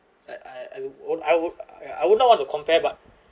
like I I would I would I would not want to compare but